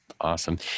Awesome